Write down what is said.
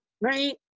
right